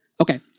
Okay